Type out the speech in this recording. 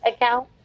account